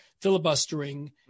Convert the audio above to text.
filibustering